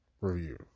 review